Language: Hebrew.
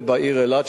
ובעיר אילת,